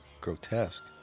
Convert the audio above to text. grotesque